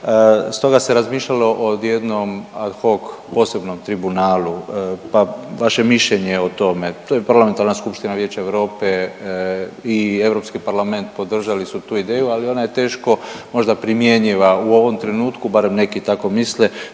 stoga se razmišljalo o jednom ad hoc posebnom tribunalu pa vaše mišljenje o tome. To je Parlamentarna Skupština Vijeća Europe i Europski parlament podržali su tu ideju, ali ona je teško možda primjenjiva u ovom trenutku, barem neki tako misle.